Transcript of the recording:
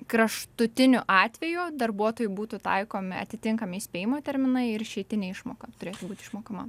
kraštutiniu atveju darbuotojui būtų taikomi atitinkami įspėjimo terminai ir išeitinė išmoka turėtų būt išmokama